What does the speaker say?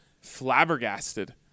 flabbergasted